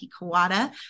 Kawada